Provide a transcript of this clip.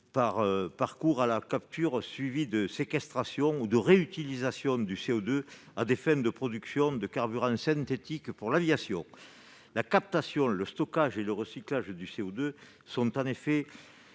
recours à la capture suivi de la séquestration ou de la réutilisation du CO2 à des fins de production de carburants synthétiques pour l'aviation. La captation, le stockage et le recyclage du CO2 sont en effet